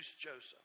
Joseph